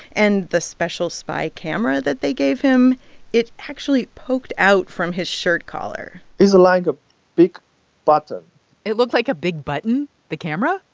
and the special spy camera that they gave him it actually poked out from his shirt collar it's like a big button it looked like a big button the camera?